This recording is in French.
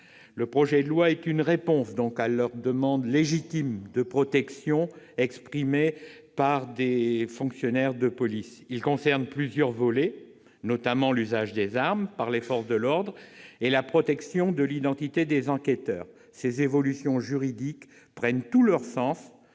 Le projet de loi est une réponse à la demande légitime de protection exprimée par les fonctionnaires de police. Il concerne plusieurs volets, notamment l'usage des armes par les forces de l'ordre et la protection de l'identité des enquêteurs. Ces évolutions juridiques prennent tout leur sens